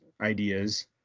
ideas